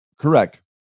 Correct